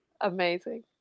Amazing